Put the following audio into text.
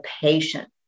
patient